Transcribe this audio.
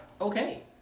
okay